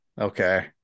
okay